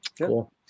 cool